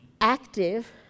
active